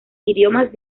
idiomas